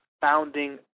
founding